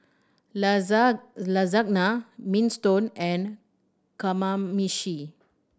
Lasagna Minestrone and Kamameshi